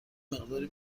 مقداری